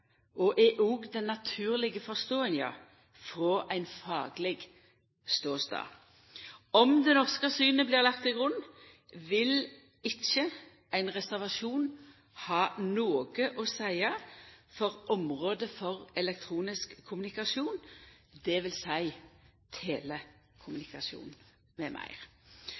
og er òg den naturlege forståinga frå ein fagleg ståstad. Om det norske synet blir lagt til grunn, vil ikkje ein reservasjon ha noko å seia for området for elektronisk kommunikasjon, dvs. telekommunikasjon m.m. Så til spørsmålet om eg er einig med